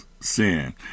sin